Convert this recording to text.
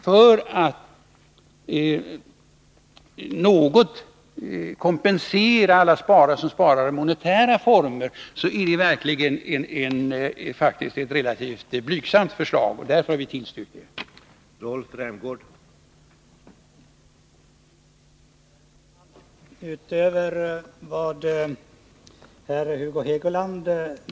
För att något kompensera alla dem som sparar i monetära former är detta faktiskt ett relativt blygsamt förslag, och därför har vi tillstyrkt det.